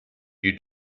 you